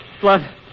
Blood